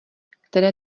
které